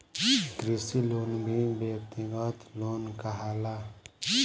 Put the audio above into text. कृषि लोन भी व्यक्तिगत लोन कहाला